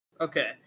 Okay